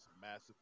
massive